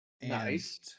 Nice